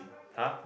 !huh!